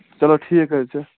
چَلو ٹھیٖک حظ چھُ